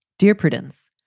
dear prudence,